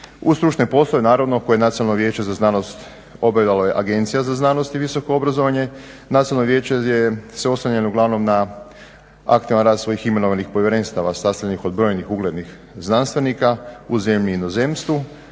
stručne poslove naravno koje Nacionalno vijeće za znanost obavljalo je Agencija za znanost i visoko obrazovanje. Nacionalno vijeće je, se oslanja uglavnom na aktivan rad svojih imenovanih povjerenstava sastavljenih od brojnih uglednih znanstvenika u zemlji i inozemstvu.